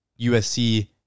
USC